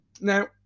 Now